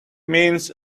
means